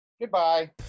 Goodbye